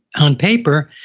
on paper,